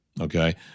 Okay